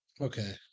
Okay